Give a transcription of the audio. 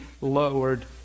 lowered